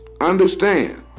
Understand